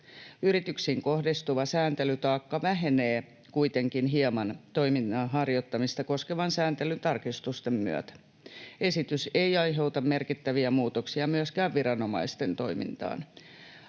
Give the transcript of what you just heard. Yrityksiin kohdistuva sääntelytaakka vähenee kuitenkin hieman toiminnan harjoittamista koskevan sääntelyn tarkistusten myötä. Esitys ei aiheuta merkittäviä muutoksia myöskään viranomaisten toimintaan.